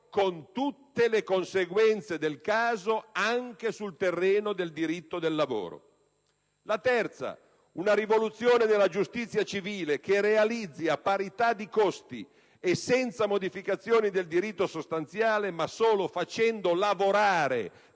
con tutte le conseguenze del caso, anche sul terreno del diritto del lavoro. La terza: una rivoluzione della giustizia civile che realizzi, a parità di costi e senza modificazioni del diritto sostanziale, ma solo facendo lavorare